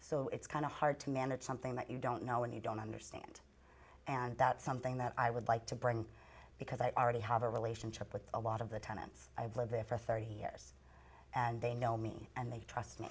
so it's kind of hard to manage something that you don't know when you don't understand and that's something that i would like to bring because i already have a relationship with a lot of the tenants i've lived there for thirty years and they know me and they trust me